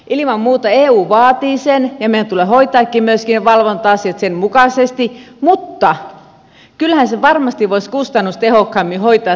ilman muuta eu vaatii sen ja meidän tulee hoitaa myöskin valvonta asiat sen mukaisesti mutta kyllähän tämän valvonnan varmasti voisi kustannustehokkaammin hoitaa